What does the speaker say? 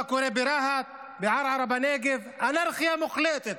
מה קורה ברהט, בערערה בנגב, אנרכיה מוחלטת.